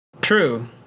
True